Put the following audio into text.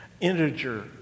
integer